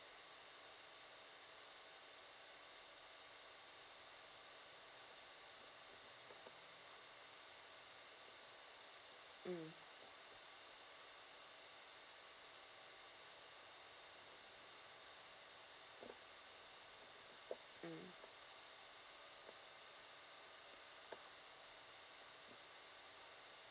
mmhmm